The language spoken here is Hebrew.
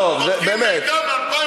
בודקים מידע על 2009,